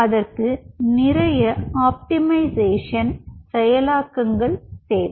அதற்கு நிறைய ஆப்டிமிசசோன் செயலாக்கங்கள் தேவை